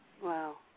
wow